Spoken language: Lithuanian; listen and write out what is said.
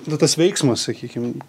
na tas veiksmas sakykim